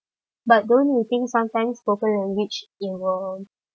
but don't you think sometimes spoken language it will